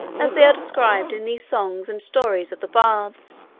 as they are described in these songs and stories of the bards.